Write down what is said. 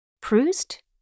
Proust